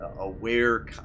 aware